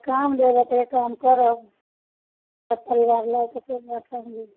काम देब एतहिये काम करब सभ परिवार लए कऽ चलि आयब फैमिली